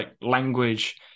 language